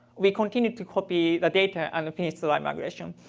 we continue to copy the data and finish the live migration.